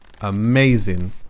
amazing